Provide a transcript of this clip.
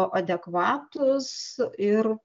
adekvatūs ir